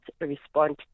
respond